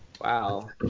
Wow